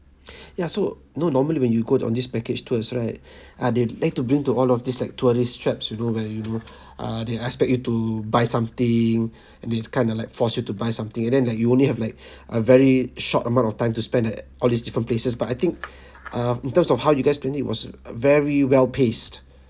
ya so no normally when you go on this package tours right ah they like to bring to all of this like tourist traps you know where you know ah they expect you to buy something and it's kind of like force you to buy something and then like you only have like a very short amount of time to spend at all these different places but I think uh in terms of how you guys planned it was very well paced